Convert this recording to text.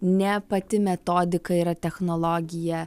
ne pati metodika yra technologija